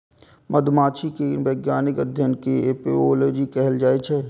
मधुमाछी के वैज्ञानिक अध्ययन कें एपिओलॉजी कहल जाइ छै